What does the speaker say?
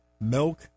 Milk